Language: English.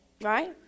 right